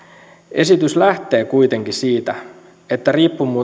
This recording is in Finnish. esitys lähtee kuitenkin siitä että